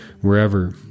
wherever